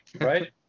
Right